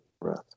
breath